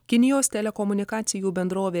kinijos telekomunikacijų bendrovė